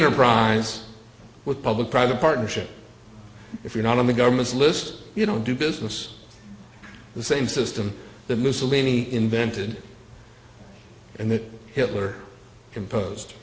enterprise with public private partnership if you're not on the government's list you don't do business the same system the miscellany invented and that hitler composed